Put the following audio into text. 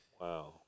Wow